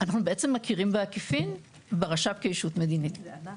אנחנו בעצם מכירים בעקיפין ברש"פ כישות מדינית.